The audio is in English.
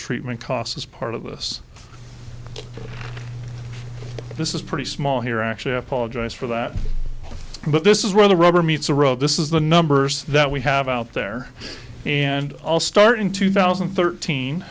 treatment cost as part of this this is pretty small here actually apologize for that but this is where the rubber meets the road this is the numbers that we have out there and all start in two thousand and thirteen